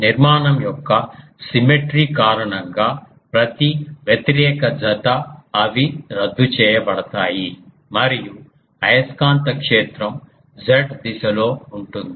నిర్మాణం యొక్క సిమెట్రీ కారణంగా ప్రతి వ్యతిరేక జత అవి రద్దు చేయబడతాయి మరియు అయస్కాంత క్షేత్రం Z దిశలో ఉంటుంది